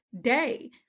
day